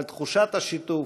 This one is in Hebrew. על תחושת השיתוף,